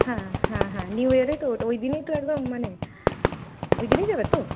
হ্যাঁ হ্যাঁ হ্যাঁ নিউ ইয়ার এলে তো ওই দিনেই তো একদম মানে ওই দিনেই যাবে তো